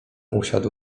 usiadł